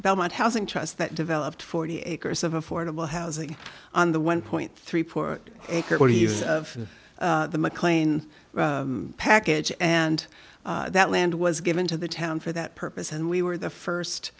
belmont housing trust that developed forty acres of affordable housing on the one point three port or use of the mclean package and that land was given to the town for that purpose and we were the first